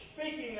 speaking